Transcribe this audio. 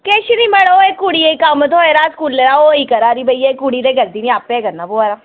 किश बी करो एह् कुड़ियै गी कम्म थ्होए दा स्कूला ते भैया ओह् ई करा दी कुड़ी में आपें गै करना पवा दा